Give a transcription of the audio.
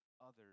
others